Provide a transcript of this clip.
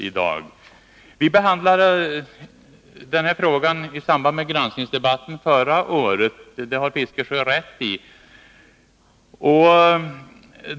Onsdagen den Vi behandlade denna fråga i samband med granskningsdebatten förra året 12 maj 1982 —det har Bertil Fiskesjö rätt i.